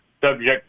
subject